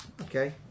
okay